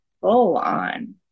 full-on